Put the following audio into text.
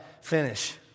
finish